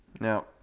Now